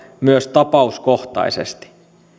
myös tapauskohtaisesti